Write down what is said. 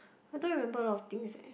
I don't remember a lot of things leh